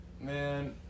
man